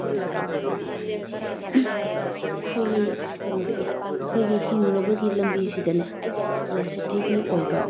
ꯑꯩꯈꯣꯏꯒꯤ ꯀꯩꯅꯣꯁꯦ ꯑꯩꯈꯣꯏꯒꯤ ꯍꯤꯡꯅꯕꯒꯤ ꯂꯝꯕꯤꯁꯤꯗꯅꯦ ꯑꯦꯂꯦꯁꯤꯇ꯭ꯔꯤꯒꯤ ꯑꯣꯏꯕ